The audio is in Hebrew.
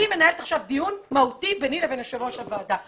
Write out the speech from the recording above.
אני מנהלת עכשיו דיון מהותי ביני לבין יושב-ראש הוועדה.